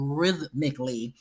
rhythmically